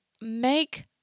make